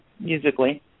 musically